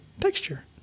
texture